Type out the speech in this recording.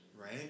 right